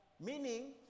Meaning